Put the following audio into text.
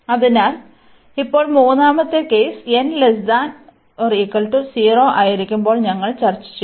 അതിനാൽ ഇപ്പോൾ മൂന്നാമത്തെ കേസ് n≤0 ആയിരിക്കുമ്പോൾ ഞങ്ങൾ ചർച്ച ചെയ്യും